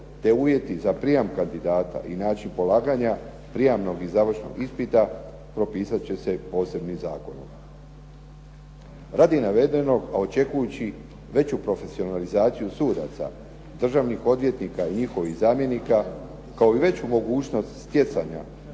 te uvjeti za prijam kandidata i način polaganja prijamnog i završnog ispita propisat će se posebnim zakonom. Radi navedenog, a očekujući veću profesionalizaciju sudaca, državnih odvjetnika i njihovih zamjenika kao i veću mogućnost stjecanja